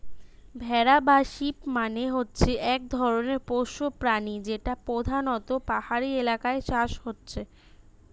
ভেড়া বা শিপ মানে হচ্ছে এক ধরণের পোষ্য প্রাণী যেটা পোধানত পাহাড়ি এলাকায় চাষ হচ্ছে